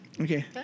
Okay